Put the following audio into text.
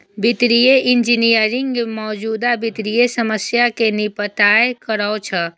वित्तीय इंजीनियरिंग मौजूदा वित्तीय समस्या कें निपटारा करै छै